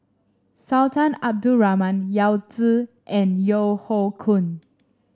Sultan Abdul Rahman Yao Zi and Yeo Hoe Koon